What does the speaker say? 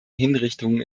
hinrichtungen